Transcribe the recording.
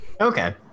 Okay